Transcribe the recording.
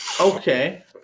Okay